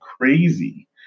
crazy